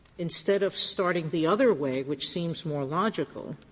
instead of starting the other way, which seems more logical,